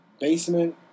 basement